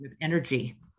energy